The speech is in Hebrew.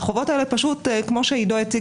והחובות האלה פשוט כמו שעידו הציג